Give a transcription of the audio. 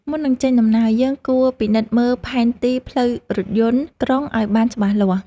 មុននឹងចេញដំណើរ យើងគួរពិនិត្យមើលផែនទីផ្លូវរថយន្តក្រុងឱ្យបានច្បាស់លាស់។